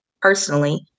personally